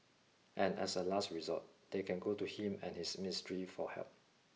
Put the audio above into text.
and as a last resort they can go to him and his ministry for help